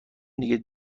دیگه